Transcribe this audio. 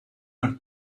are